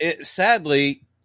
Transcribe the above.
sadly